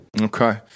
Okay